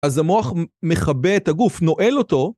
‫אז המוח מכבה את הגוף. נועל אותו.